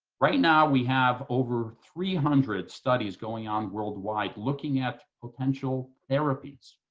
right now we have over three hundred studies going on worldwide looking at potential therapies,